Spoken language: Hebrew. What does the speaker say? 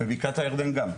בבקעת הירדן גם.